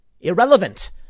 irrelevant